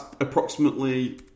approximately